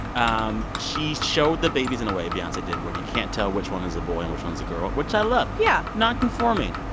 um she showed the babies in a way beyonce did where you can't tell which one is a boy and which one's a girl, which i love yeah nonconforming.